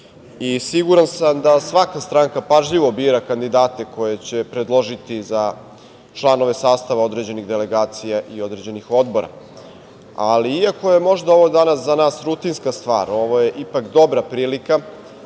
i siguran sam da svaka stranka pažljivo bira kandidate koje će predložiti za članove sastava određenih delegacija i određenih odbora. Ali, iako je ovo možda danas za nas rutinska stvar, ovo je ipak dobra prilika